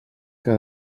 que